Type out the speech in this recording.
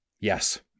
Yes